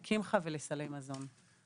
ה-100,000,000 לקמחא ולסלי מזון.